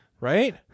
Right